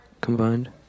combined